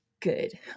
good